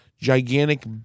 gigantic